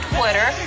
Twitter